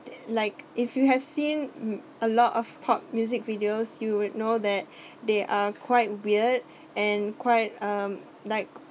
like if you have seen um a lot of pop music videos you would know that they are quite weird and quite um like